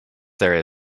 there